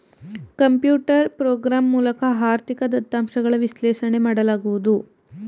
computer program ಮೂಲಕ ಆರ್ಥಿಕ ದತ್ತಾಂಶಗಳ ವಿಶ್ಲೇಷಣೆ ಮಾಡಲಾಗುವುದು